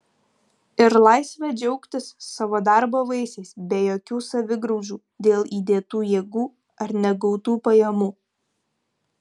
ir laisvę džiaugtis savo darbo vaisiais be jokių savigraužų dėl įdėtų jėgų ar negautų pajamų